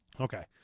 Okay